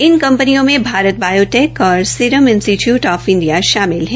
इन कंपनियों में भारत बायोटेक और सीरम इंस्टीट्यूट ऑफ इंडिया शामिल है